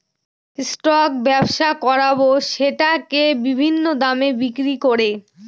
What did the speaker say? stock ব্যবসা করাবো সেটাকে বিভিন্ন দামে বিক্রি করে